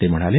ते म्हणाले